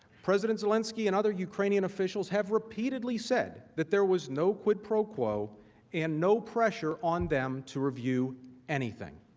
president zelensky and other ukrainian officials have repeatedly said that there was no quid pro quo and no pressure on them to review anything.